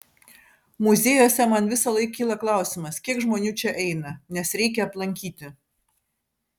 muziejuose man visąlaik kyla klausimas kiek žmonių čia eina nes reikia aplankyti